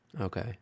Okay